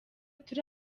turi